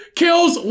kills